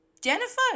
Jennifer